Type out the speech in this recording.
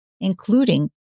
including